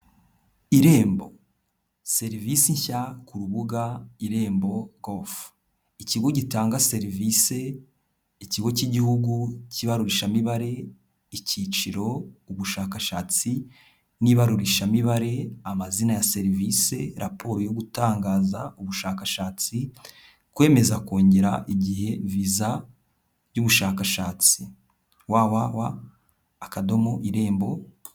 Irembo serivisi nshya ku rubuga irembo govu, ikigo gitanga serivise, ikigo cy'igihugu cy'ibarurishamibare, icyiciro, ubushakashatsi, n'ibarurishamibare, amazina ya serivisi, raporo yo gutangaza, ubushakashatsi, kwemeza kongera igihe viza y'ubushakashatsi, wawawa akadomo irembo.